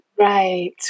Right